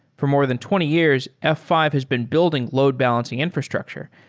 for more than twenty years, f five has been building load balancing infrastructure.